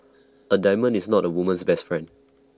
A diamond is not A woman's best friend